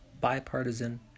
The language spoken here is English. bipartisan